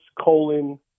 colon